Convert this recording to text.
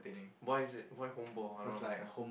why is it why homeball I don't understand